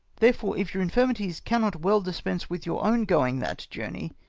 therefore, if your infirmities cannot well dispense with your own going that journey,